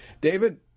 David